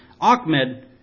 Ahmed